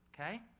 okay